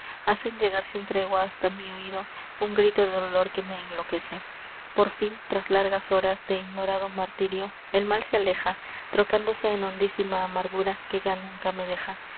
hacen llegar sin tregua hasta mi oido un grito de dolor que me enloquece por fin tras largas horas de ignorado martirio el mal se aleja trocándose en hondísima amargura que ya nunca me deja